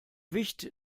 wicht